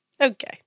Okay